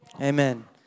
Amen